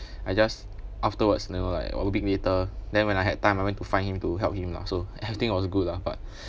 I just afterwards you know like or a bit later then when I had time I went to find him to help him lah so everything was good lah but